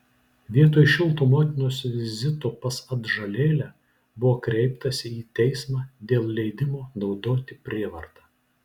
vietoj šilto motinos vizito pas atžalėlę buvo kreiptasi į teismą dėl leidimo naudoti prievartą